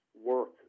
work